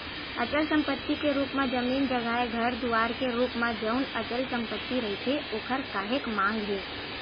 अचल संपत्ति के रुप म जमीन जघाए घर दुवार के रुप म जउन अचल संपत्ति रहिथे ओखर काहेक मांग हे